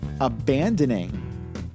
abandoning